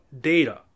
data